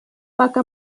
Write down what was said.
vaca